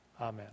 Amen